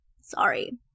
sorry